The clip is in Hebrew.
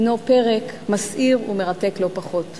הינו פרק מסעיר ומרתק לא פחות.